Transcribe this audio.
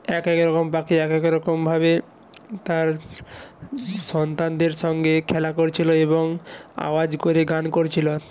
একেক রকম পাখি একেক রকমভাবে তার সন্তানদের সঙ্গে খেলা করছিলো এবং আওয়াজ করে গান করছিলো